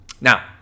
Now